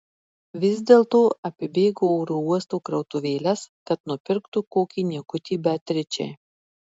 vis dėlto apibėgo oro uosto krautuvėles kad nupirktų kokį niekutį beatričei